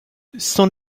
son